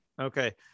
Okay